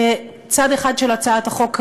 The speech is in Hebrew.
צד אחד של הצעת החוק,